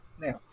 Now